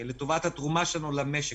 לטובת התרומה שלנו למשק,